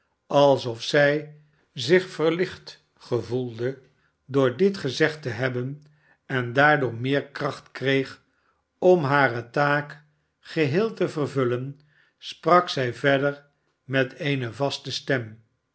alsof zij zich verlicht gevoelde door dit gezegd te hebben en daardoor meer kracht kreeg om hare teak geheel te vervullen sprak zij verder met eene vaste stem